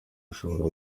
ashobora